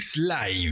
live